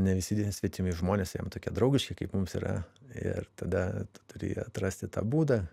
ne visi tie svetimi žmonės jam tokie draugiški kaip mums yra ir tada tu turi atrasti tą būdą